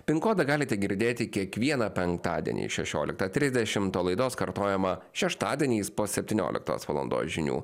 pin kodą galite girdėti kiekvieną penktadienį šešioliktą trisdešimt o laidos kartojimą šeštadieniais po septynioliktos valandos žinių